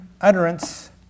utterance